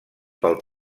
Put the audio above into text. pel